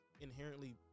inherently